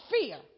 fear